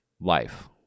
life